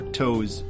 toes